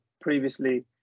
previously